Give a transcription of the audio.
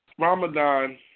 Ramadan